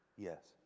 Yes